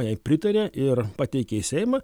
jai pritarė ir pateikė į seimą